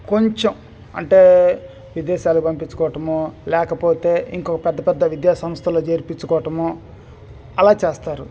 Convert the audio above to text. కొంచెం అంటే విదేశాలకు పంపించుకోవడం లేకపోతే ఇంకో పెద్ద పెద్ద విద్యాసంస్థల్లో చేర్పించుకోవడమో అలా చేస్తారు